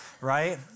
right